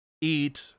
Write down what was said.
eat